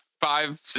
five